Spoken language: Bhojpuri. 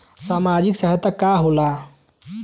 सामाजिक सहायता का होला?